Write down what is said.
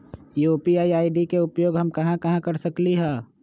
UPI ID के उपयोग हम कहां कहां कर सकली ह?